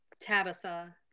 tabitha